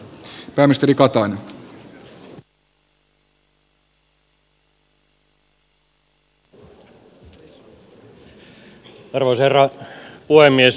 arvoisa herra puhemies